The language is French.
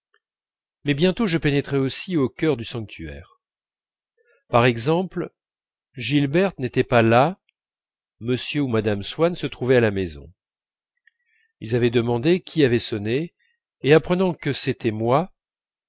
mais bientôt je pénétrai aussi au cœur du sanctuaire par exemple gilberte n'était pas là m ou mme swann se trouvait à la maison ils avaient demandé qui avait sonné et apprenant que